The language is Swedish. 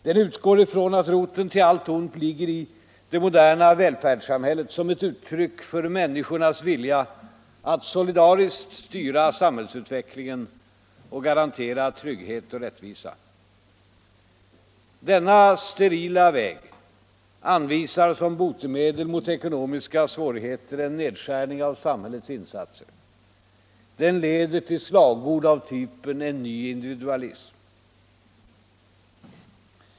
Den utgår ifrån att roten till allt ont ligger i det moderna välfärdssamhället som ett uttryck för människornas vilja att solidariskt styra samhällsutvecklingen och garantera trygghet och rättvisa. Denna sterila väg anvisar som botemedel mot ekonomiska svårigheter en nedskärning av samhällets insatser. Den leder till slagord av typen ”en ny individualism”.